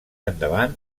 endavant